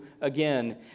again